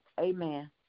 amen